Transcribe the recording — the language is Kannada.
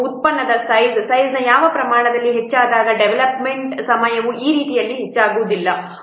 ಉತ್ಪನ್ನದ ಸೈಜ್ ಸೈಜ್ಯಾವ ಪ್ರಮಾಣದಲ್ಲಿ ಹೆಚ್ಚಾದಾಗ ಡೆವಲಪ್ಮೆಂಟ್ ಡೆವಲಪ್ಮೆಂಟ್ಸಮಯವು ಆ ರೀತಿಯಲ್ಲಿ ಹೆಚ್ಚಾಗುವುದಿಲ್ಲ